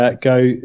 go